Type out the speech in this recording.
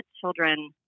children